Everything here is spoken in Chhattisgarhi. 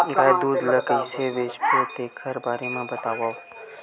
गाय दूध ल कइसे बेचबो तेखर बारे में बताओ?